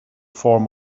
form